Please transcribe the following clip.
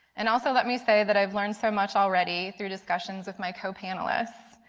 and also let me say that i have learned so much already through discussions with my co-panelists.